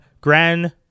Grand